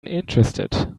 interested